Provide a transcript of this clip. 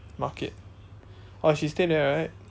market oh she stay near right